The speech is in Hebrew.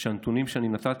שהנתונים שאני נתתי,